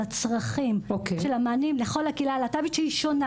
הצרכים והמענים לכל הקהילה הלהט"בית שהיא שונה,